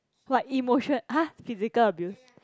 what emotion !huh! physical abuse